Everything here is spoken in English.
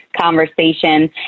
conversation